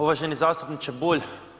Uvaženi zastupniče Bulj.